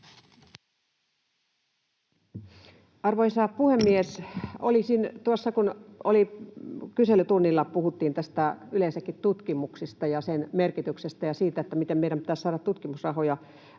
Arvoisa puhemies! Kun kyselytunnilla puhuttiin yleensäkin tutkimuksesta ja sen merkityksestä ja siitä, miten meidän pitäisi saada tutkimusrahoja